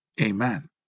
Amen